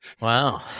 wow